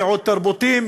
מיעוט תרבותי,